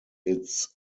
its